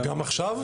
גם עכשיו?